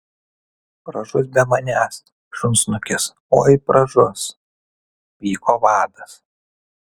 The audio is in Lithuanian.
pražus be manęs šunsnukis oi pražus pyko vadas